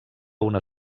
una